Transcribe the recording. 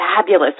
fabulous